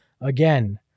again